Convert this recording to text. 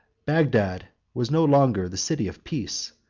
bagdad was no longer the city of peace,